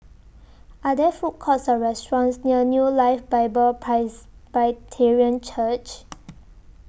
Are There Food Courts Or restaurants near New Life Bible Presbyterian Church